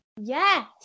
yes